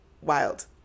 wild